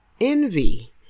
Envy